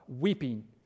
weeping